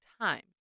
time